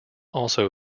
also